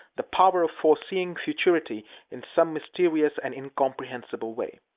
the power of foreseeing futurity in some mysterious and incomprehensible way.